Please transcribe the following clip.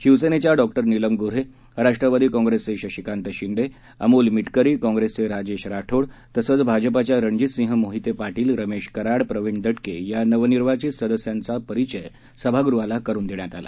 शिवसेनेच्या डॉ नीलम गोऱ्हे राष्ट्रवादी काँप्रेसचे शशिकांत शिंदे अमोल मिटकरी काँग्रेसचे राजेश राठोड तसंच भाजपच्या रणजित सिंह मोहिते पाटील रमेश कराड प्रवीण दटके या नवनिर्वाचित सदस्यांचा परिचय सभागृहाला करून देण्यात आला